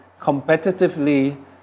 Competitively